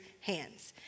hands